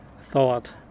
thought